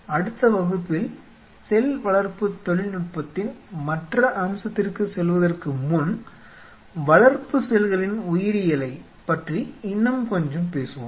அடுத்த வகுப்பில் செல் வளர்ப்பு தொழில்நுட்பத்தின் மற்ற அம்சத்திற்கு செல்வதற்கு முன் வளர்ப்பு செல்களின் உயிரியலைப் பற்றி இன்னும் கொஞ்சம் பேசுவோம்